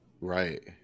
Right